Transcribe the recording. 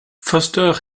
foster